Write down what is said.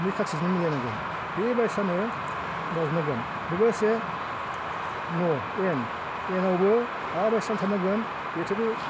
नै खाथिजों मिलायनांगोन बेबायसानो जाजोबनांगोन बेखौ से न' एन एनआवबो नांगोन बेथ' बे